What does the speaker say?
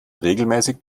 regelmäßig